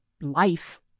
life